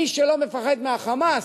מי שלא מפחד מה"חמאס",